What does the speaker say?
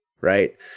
Right